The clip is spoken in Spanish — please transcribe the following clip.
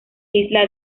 isla